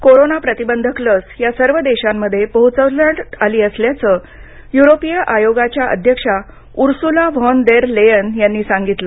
corona प्रतिबंधक लस या सर्व देशांमध्ये पोहोचवण्यात आली असल्याचं युरोपीय आयोगाच्या अध्यक्षा उर्सुला व्हॉन देर लेयन यांनी सांगितलं